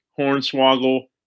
Hornswoggle